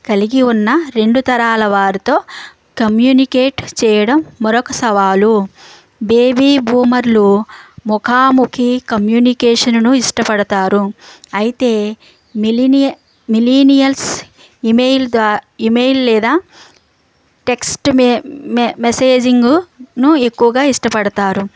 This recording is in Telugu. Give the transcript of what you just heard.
కలిగివున్న రెండు తరాల వారితో కమ్యూనికేట్ చేయడం మరొక సవాలు బేబీ బూమర్లు ముఖాముఖి కమ్యూనికేషన్ను ఇష్టపడతారు అయితే మిలీనియల్స్ మిలీనియల్స్ ఈమెయిల్ ద్వారా ఇమెయిల్ లేదా టెక్స్ట్ మె మెసేజింగ్ని ఎక్కువగా ఇష్టపడతారు